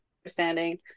understanding